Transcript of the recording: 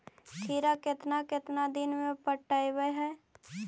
खिरा केतना केतना दिन में पटैबए है?